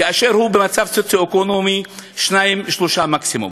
כאשר הוא במצב סוציו-אקונומי 2 3 מקסימום?